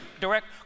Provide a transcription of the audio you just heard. direct